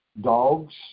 dogs